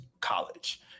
college